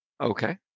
Okay